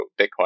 Bitcoin